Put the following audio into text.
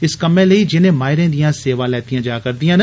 इस कम्मै लेई जिनें माहिरें दियां सेवां लैतियां जा करदियां न